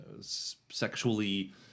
sexually